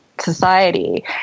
society